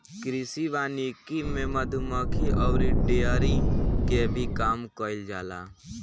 कृषि वानिकी में मधुमक्खी अउरी डेयरी के भी काम कईल जाला